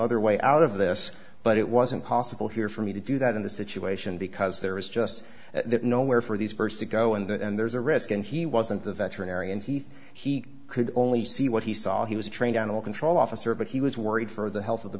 other way out of this but it wasn't possible here for me to do that in the situation because there is just nowhere for these birds to go and there's a risk and he wasn't a veterinarian he thought he could only see what he saw he was a trained animal control officer but he was worried for the health of the